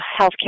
healthcare